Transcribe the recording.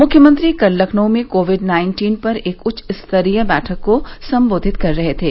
मुख्यमंत्री कल लखनऊ में कोविड नाइन्टीन पर एक उच्चस्तरीय बैठक को संबोधित कर रहे थे